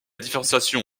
différenciation